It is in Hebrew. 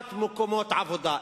יצירת מקומות עבודה.